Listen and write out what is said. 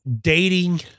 dating